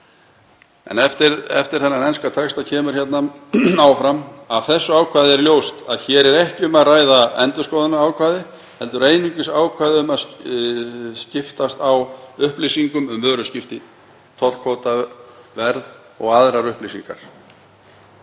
En eftir þennan enska texta segir í nefndarálitinu: Af þessu ákvæði er ljóst að hér er ekki um að ræða endurskoðunarákvæði, heldur einungis ákvæði um að skiptast á upplýsingum um vöruviðskipti, tollkvóta, verð og aðrar upplýsingar.